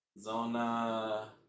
Zona